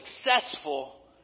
successful